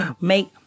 make